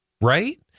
right